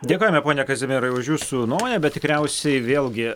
dėkojame pone kazimierai už jūsų nuomonę bet tikriausiai vėlgi